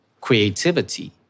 creativity